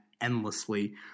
endlessly